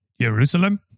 Jerusalem